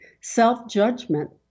self-judgment